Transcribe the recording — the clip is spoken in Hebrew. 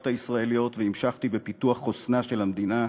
הישראליות והמשכתי בפיתוח חוסנה של המדינה.